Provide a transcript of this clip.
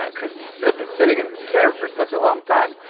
ah cause i've been sitting in this chair for such a long time.